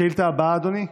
השאילתה הבאה, אדוני: